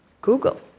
Google